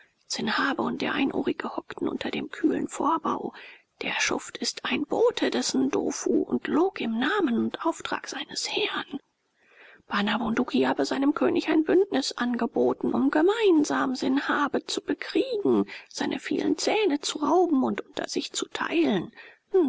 sanhabe und der einohrige hockten unter dem kühlen vorbau der schuft ist ein bote des ndofu und log im namen und auftrag seines herrn bana bunduki habe seinem könig ein bündnis angeboten um gemeinsam sanhabe zu bekriegen seine vielen zähne zu rauben und unter sich zu teilen